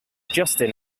justin